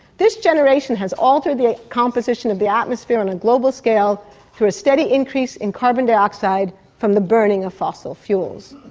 this generation has altered the composition of the atmosphere on a global scale through a steady increase in carbon dioxide from the burning of fossil fuels.